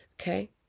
okay